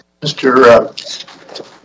Mr